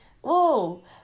whoa